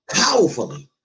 Powerfully